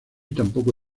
tampoco